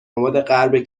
آبادغرب